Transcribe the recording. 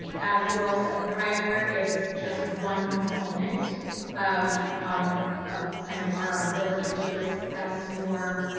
as laurel said prior, it's just one component of um of kind of our ability to assess your